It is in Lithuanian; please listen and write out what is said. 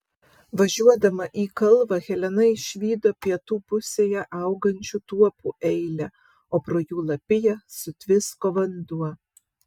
važiuodama į kalvą helena išvydo pietų pusėje augančių tuopų eilę o pro jų lapiją sutvisko vanduo